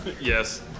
Yes